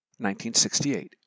1968